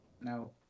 No